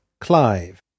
Clive